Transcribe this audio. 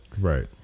Right